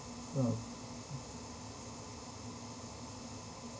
yup mm